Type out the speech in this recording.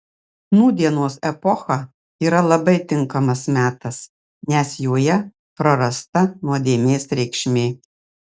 nūdienos epocha yra labai tinkamas metas nes joje prarasta nuodėmės reikšmė